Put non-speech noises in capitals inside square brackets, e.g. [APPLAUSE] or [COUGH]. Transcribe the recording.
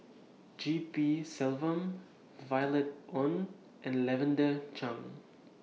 G P Selvam [NOISE] Violet Oon and Lavender Chang